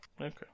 Okay